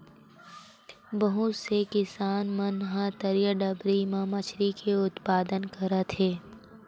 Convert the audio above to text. बहुत से किसान मन ह तरईया, डबरी म मछरी के उत्पादन करत हे